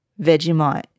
Vegemite